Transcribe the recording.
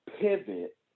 pivot